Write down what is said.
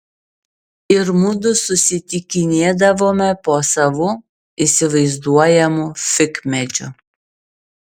ir mudu susitikinėdavome po savo įsivaizduojamu figmedžiu